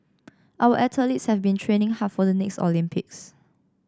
our athletes have been training hard for the next Olympics